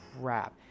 crap